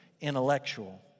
intellectual